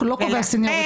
--- אם אתה רואה,